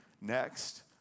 next